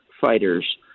fighters